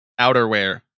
outerwear